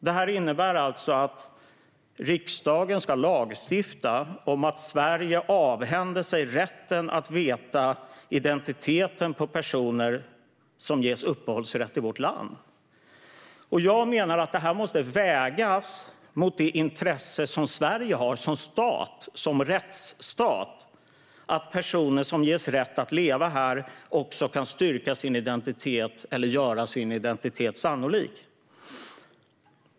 Det innebär alltså att riksdagen ska lagstifta om att Sverige avhänder sig rätten att känna till identiteten på personer som ges uppehållsrätt i vårt land. Jag menar att detta måste vägas mot det intresse Sverige som stat, som rättsstat, har av att personer som ges rätt att leva här också kan styrka sin identitet eller göra den sannolik.